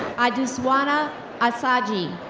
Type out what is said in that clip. aduswana assagi.